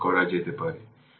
এই জিনিসটা মাথায় রাখতে হবে